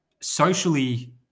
socially